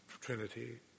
Trinity